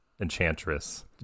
enchantress